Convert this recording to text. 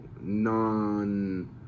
non